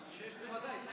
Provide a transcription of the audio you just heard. על 6 ודאי.